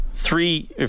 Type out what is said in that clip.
Three